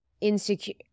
insecure